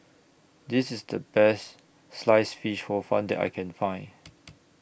This IS The Best Sliced Fish Hor Fun that I Can Find